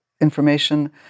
information